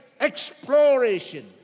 exploration